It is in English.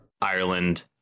ireland